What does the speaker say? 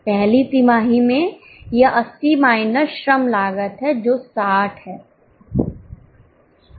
पहली तिमाही में यह 80 माइनस श्रम लागत है जो 60 है